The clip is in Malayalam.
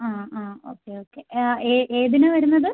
ആ ആ ഓക്കേ ഓക്കേ എ ഏതിനാണ് വരുന്നത്